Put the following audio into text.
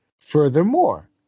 Furthermore